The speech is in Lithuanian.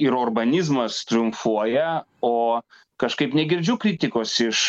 ir orbanizmas triumfuoja o kažkaip negirdžiu kritikos iš